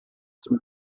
zum